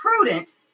prudent